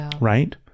right